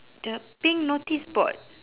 the pink notice board